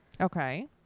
Okay